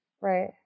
Right